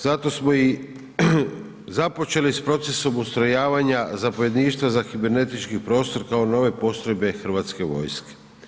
Zato smo i započeli s procesom ustrojavanja zapovjedništva za kibernetički prostor kao nove postrojbe Hrvatske vojske.